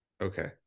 Okay